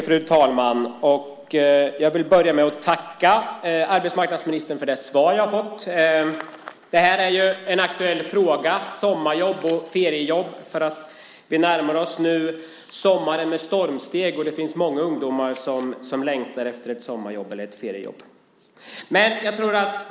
Fru talman! Jag vill börja med att tacka arbetsmarknadsministern för det svar som jag har fått. Sommarjobb och feriejobb är en aktuell fråga. Vi närmar oss sommaren med stormsteg, och det finns många ungdomar som längtar efter ett sommarjobb eller ett feriejobb.